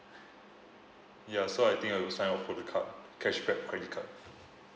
ya so I think I will sign up for the card cashback credit card